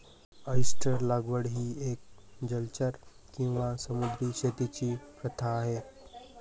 oyster लागवड ही एक जलचर किंवा समुद्री शेतीची प्रथा आहे